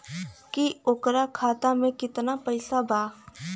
की ओकरा खाता मे कितना पैसा बा?